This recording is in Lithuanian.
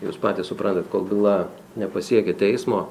jūs patys suprantat kol byla nepasiekė teismo